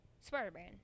Spider-Man